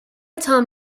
tom